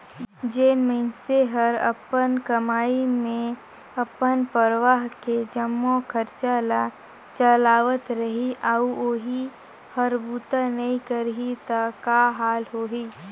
जेन मइनसे हर अपन कमई मे अपन परवार के जम्मो खरचा ल चलावत रही अउ ओही हर बूता नइ करही त का हाल होही